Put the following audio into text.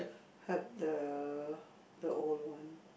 help the the old one